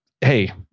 hey